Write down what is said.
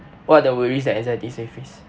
what are the worries and anxiety that you face